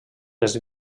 les